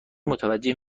متوجه